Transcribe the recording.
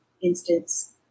instance